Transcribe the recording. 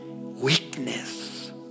weakness